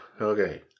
Okay